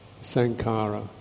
Sankara